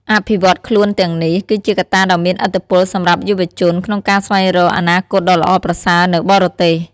អភិវឌ្ឍខ្លួនទាំងនេះ គឺជាកត្តាដ៏មានឥទ្ធិពលសម្រាប់យុវជនក្នុងការស្វែងរកអនាគតដ៏ល្អប្រសើរនៅបរទេស។